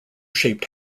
shaped